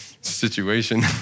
situation